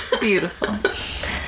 Beautiful